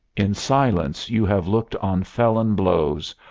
in silence you have looked on felon blows,